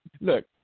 Look